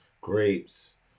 grapes